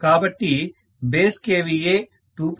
కాబట్టి base kVA 2